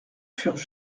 furent